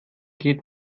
geht